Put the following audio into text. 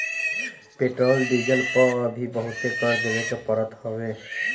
petrol diesel पअ भी बहुते कर देवे के पड़त हवे